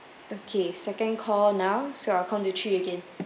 okay second call now so I'll count to three again